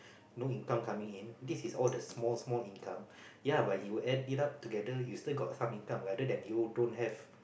no income coming in this is all the small small income yea but you add it up together you still got some income rather than you don't have